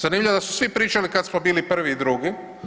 Zanimljivo je da su svi pričali kad smo bili prvi i drugi.